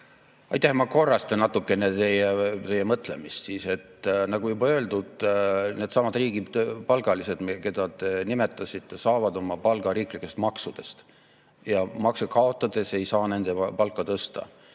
Aitäh! Ma korrastan natukene teie mõtlemist. Nagu juba öeldud, needsamad riigipalgalised, keda te nimetasite, saavad oma palga riiklikest maksudest ja makse kaotades ei saa nende palka tõsta.